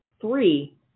three